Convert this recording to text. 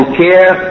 care